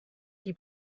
die